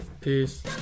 Peace